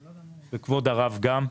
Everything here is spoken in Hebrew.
וגם את כבוד הרב,